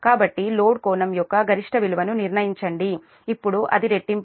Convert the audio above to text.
కాబట్టి లోడ్ కోణం యొక్క గరిష్ట విలువను నిర్ణయించండి ఇప్పుడు అది రెట్టింపు అయింది